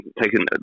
taken